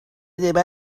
دعاکردن